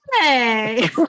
hey